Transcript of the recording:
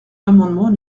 l’amendement